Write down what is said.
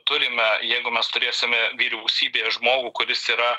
turime jeigu mes turėsime vyriausybėje žmogų kuris yra